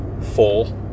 full